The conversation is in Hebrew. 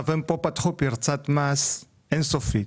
הם פתחו פה פרצת מס אין-סופית.